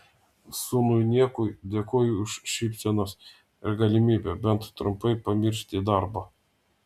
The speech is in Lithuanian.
sūnui niekui dėkoju už šypsenas ir galimybę bent trumpai pamiršti darbą